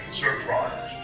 surprise